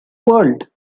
world